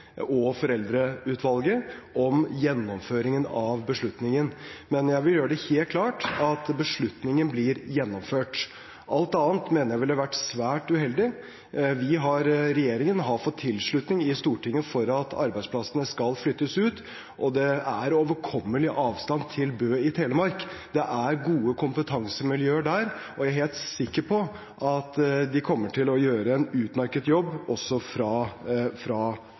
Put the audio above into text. og foreldreutvalgene om gjennomføringen av beslutningen. Men jeg vil gjøre det helt klart at beslutningen blir gjennomført. Alt annet mener jeg ville være svært uheldig. Regjeringen har fått tilslutning i Stortinget til at arbeidsplassene skal flyttes ut. Det er overkommelig avstand til Bø i Telemark, det er gode kompetansemiljøer der, og jeg er helt sikker på at de kommer til å gjøre en utmerket jobb også fra